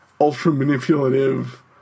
ultra-manipulative